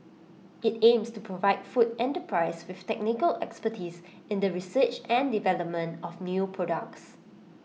IT aims to provide food enterprises with technical expertise in the research and development of new products